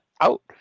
out